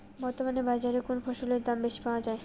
বর্তমান বাজারে কোন ফসলের দাম বেশি পাওয়া য়ায়?